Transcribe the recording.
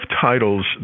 titles